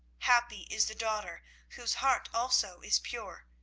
happy is the daughter whose heart also is pure,